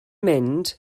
mynd